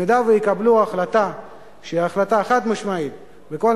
אם הם יקבלו החלטה שהיא החלטה חד-משמעית בכל